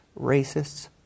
racists